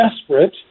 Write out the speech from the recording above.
desperate